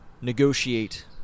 negotiate